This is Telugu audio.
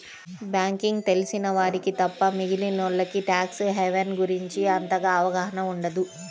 బ్యేంకింగ్ తెలిసిన వారికి తప్ప మిగిలినోల్లకి ట్యాక్స్ హెవెన్ గురించి అంతగా అవగాహన ఉండదు